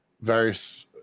various